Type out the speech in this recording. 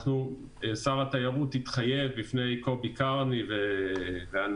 שר התיירות התחייב בפני קובי קרני ואנשיו